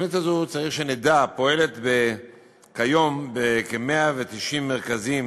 התוכנית הזו, צריך שנדע, פועלת כיום בכ-190 מרכזים